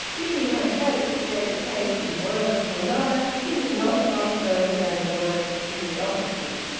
if he had had to state the case in words to another he would not have gone further than the word curiosity.